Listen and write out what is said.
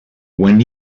when